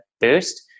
boost